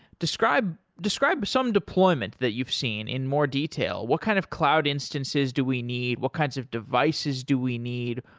describe describe some deployment that you've seen in more detail. what kind of cloud instances do we need? what kinds of devices do we need?